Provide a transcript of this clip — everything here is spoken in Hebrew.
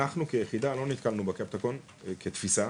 אנחנו כיחידה לא נתקלנו בקפטגון כתפיסה.